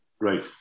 Right